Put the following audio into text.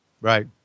right